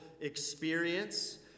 experience